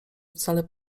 wcale